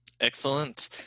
excellent